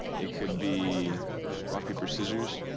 it could be rock-paper-scissors,